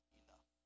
enough